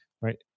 right